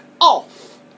off